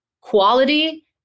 quality